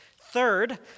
Third